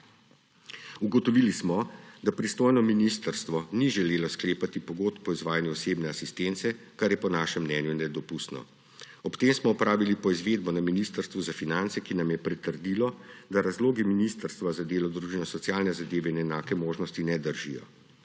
Ugotovili smo, da pristojno ministrstvo ni želelo sklepati pogodb o izvajanju osebne asistence, kar je po našem mnenju nedopustno. Ob tem smo opravili poizvedbo na Ministrstvu za finance, ki nam je pritrdilo, da razlogi Ministrstva za delo, družino, socialne zadeve in enake možnosti ne držijo.